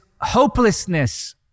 hopelessness